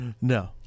No